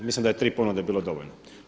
Mislim da je tri ponude bilo dovoljno.